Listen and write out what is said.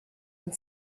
and